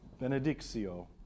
benedictio